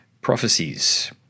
Prophecies